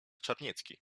czarniecki